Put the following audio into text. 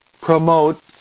promote